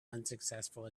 unsuccessful